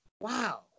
wow